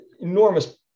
enormous